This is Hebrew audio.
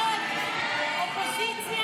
ההסתייגויות לסעיף 20